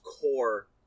core